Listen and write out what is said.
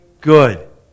good